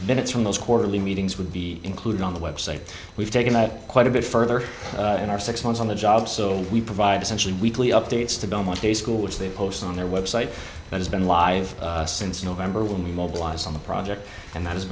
minutes from those quarterly meetings would be included on the website we've taken that quite a bit further in our six months on the job so we provide essentially weekly updates to belmont day school which they post on their website that has been live since november when we mobilized on the project and that has